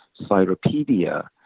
Cyropedia